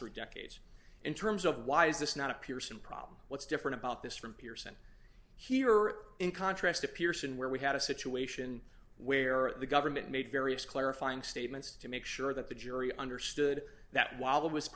three decades in terms of why is this not a pearson problem what's different about this from peers and here are in contrast to pearson where we had a situation where the government made various clarifying statements to make sure that the jury understood that whil